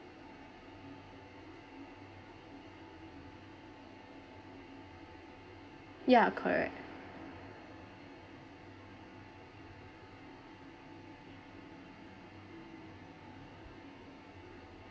ya correct